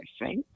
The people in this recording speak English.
right